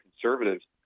conservatives